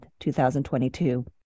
2022